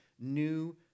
new